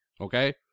okay